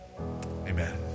Amen